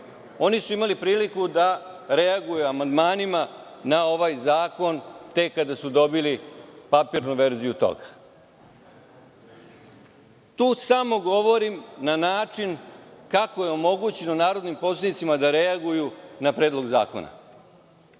oni su imali priliku da reaguju amandmanima na ovaj zakon tek kada su dobili papirnu verziju toga. To samo govorim na način kako je omogućeno narodnim poslanicima da reaguju na Predlog